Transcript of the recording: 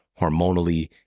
hormonally